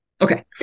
Okay